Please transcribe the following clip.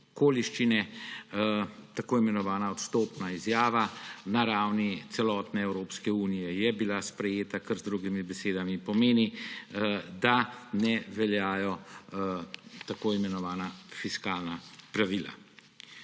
okoliščine, tako imenovana odstopna izjava na ravni celotne Evropske unije je bila sprejeta, kar z drugimi besedami pomeni, da ne veljajo tako imenovana fiskalna pravila.